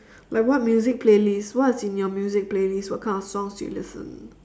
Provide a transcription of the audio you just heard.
like what music playlist what's in your music playlist what kind of songs do you listen